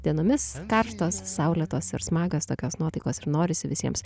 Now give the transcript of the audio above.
dienomis karštos saulėtos ir smagio tokios nuotaikos ir norisi visiems